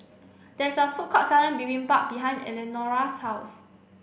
there is a food court selling Bibimbap behind Eleanora's house